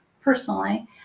personally